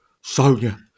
Sonya